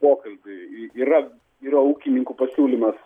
pokalbiui yra yra ūkininkų pasiūlymas